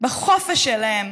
בחופש שלהם,